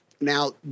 Now